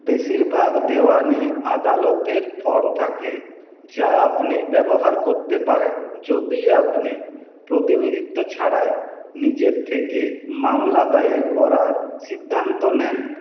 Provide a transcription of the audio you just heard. বেশিরভাগ দেওয়ানি আদালতের ফর্ম থাকে যা আপনি ব্যবহার করতে পারেন যদি আপনি প্রতিনিধিত্ব ছাড়াই নিজের থেকে মামলা দায়ের করার সিদ্ধান্ত নেন